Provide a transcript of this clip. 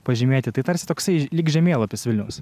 pažymėti tai tarsi toksai lyg žemėlapis vilniaus